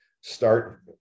start